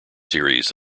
series